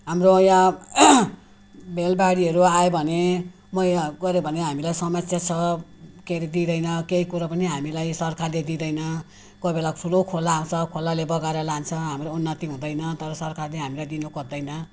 हाम्रो यहाँ भेल बाढीहरू आयो भने म यो गऱ्यो भने हामीलाई समस्या छ के हरे दिँदैन केही कुरो पनि हामीलाई सरकारले दिँदैन कोही बेला ठुलो खोला आउँछ खोलाले बगाएर लान्छ हाम्रो उन्नति हुँदैन तर सरकारले हामीलाई दिनु खोज्दैन